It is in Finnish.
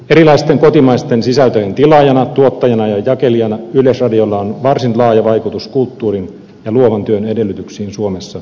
erilaisten kotimaisten sisältöjen tilaajana tuottajana ja jakelijana yleisradiolla on varsin laaja vaikutus kulttuurin ja luovan työn edellytyksiin suomessa